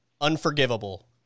unforgivable